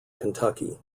kentucky